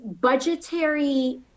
budgetary